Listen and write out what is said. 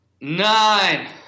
Nine